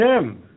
Jim